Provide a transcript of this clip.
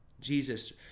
Jesus